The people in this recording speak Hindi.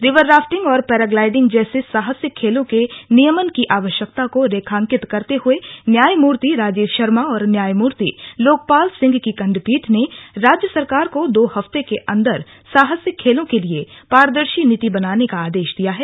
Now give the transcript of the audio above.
रिवर राफ्टिंग और पैराग्लाइडिंग जैसे साहसिक खेलों के नियमन की आवश्यकता को रेखांकित करते हुए न्यायमूर्ति राजीव शर्मा और न्यायमूर्ति लोकपाल सिंह की खंडपीठ ने राज्य सरकार को दो हफ्ते के अंदर साहसिक खेलों के लिए पारदर्शी नीति बनाने का आदेश दिया है